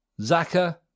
Zaka